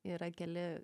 yra keli